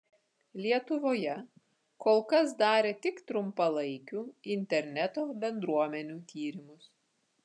lietuvoje kol kas darė tik trumpalaikių interneto bendruomenių tyrimus